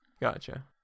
Gotcha